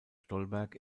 stolberg